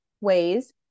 ways